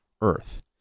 earth